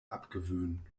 abgewöhnen